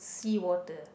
sea water